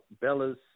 Bella's